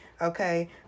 okay